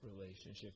relationship